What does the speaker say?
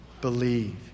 Believe